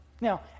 Now